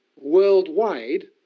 worldwide